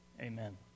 Amen